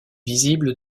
visible